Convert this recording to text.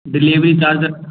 delivery charge